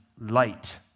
light